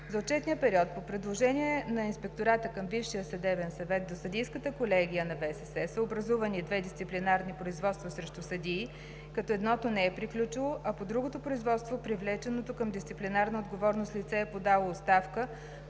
За отчетния период по предложение на Инспектората към Висшия съдебен съвет за Съдийската колегия на Висшия съдебен съвет са образувани 2 дисциплинарни производства срещу съдии, като едното не е приключило, а по другото производство, привлеченото към дисциплинарна отговорност лице е подало оставка,